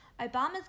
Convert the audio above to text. Obama's